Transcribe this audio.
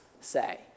say